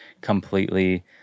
completely